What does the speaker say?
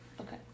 Okay